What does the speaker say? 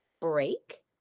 break